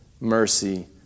mercy